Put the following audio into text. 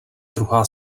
druhá